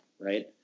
right